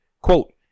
Quote